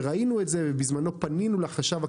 וראינו את זה בזמנו פנינו לחשב הכללי,